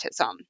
autism